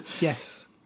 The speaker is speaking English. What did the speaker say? Yes